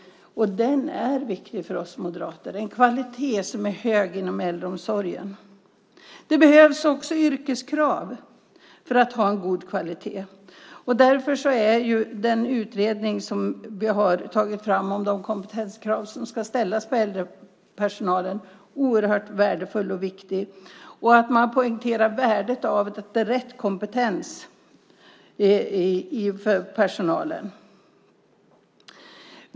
En hög kvalitet inom äldreomsorgen är viktig för oss moderater. Det behövs också yrkeskrav för att kunna ha en god kvalitet. Därför är den utredning som vi tagit fram om de kompetenskrav som ska ställas på äldrepersonalen oerhört värdefull och viktig. Man ska poängtera värdet av rätt kompetens hos personalen.